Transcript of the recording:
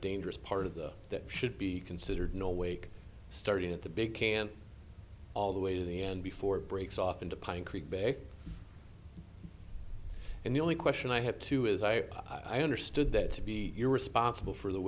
dangerous part of the that should be considered no way starting at the big can all the way to the end before it breaks off into pine creek bank and the only question i have to is i i understood that to be your responsible for the